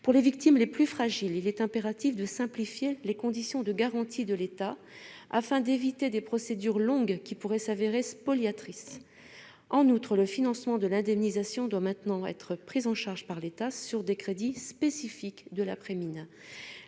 Pour les victimes les plus fragiles, il est impératif de simplifier les conditions de garantie de l'État, afin d'éviter des procédures longues qui pourraient se révéler spoliatrices. En outre, le financement de l'indemnisation doit maintenant être pris en charge par l'État sur des crédits spécifiques de l'après-mine.